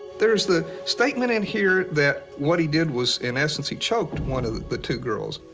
there's the statement in here that what he did was, in essence, he choked one of the two girls.